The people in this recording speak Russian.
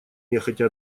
нехотя